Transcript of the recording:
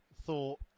thought